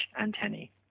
antennae